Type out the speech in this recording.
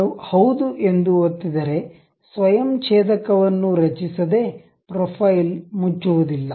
ನಾನು ಹೌದು ಎಂದು ಒತ್ತಿದರೆ ಸ್ವಯಂ ಛೇದಕ ವನ್ನು ರಚಿಸದೆ ಪ್ರೊಫೈಲ್ ಮುಚ್ಚುವದಿಲ್ಲ